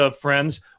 friends